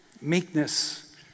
Meekness